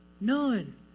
None